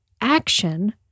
action